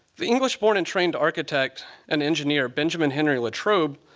the english born and trained architect and engineer, benjamin henry latrobe,